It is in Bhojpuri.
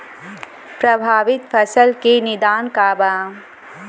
प्रभावित फसल के निदान का बा?